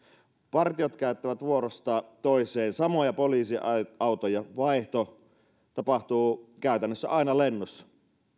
partiot käyttävät vuorosta toiseen samoja poliisiautoja vaihto tapahtuu käytännössä aina lennossa